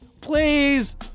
please